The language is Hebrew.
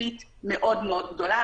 כספית מאוד גדולה.